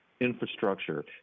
infrastructure